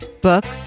books